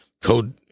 code